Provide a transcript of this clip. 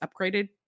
upgraded